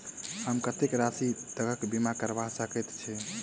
हम कत्तेक राशि तकक बीमा करबा सकैत छी?